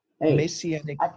Messianic